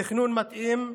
תכנון מתאים,